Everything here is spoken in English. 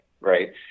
Right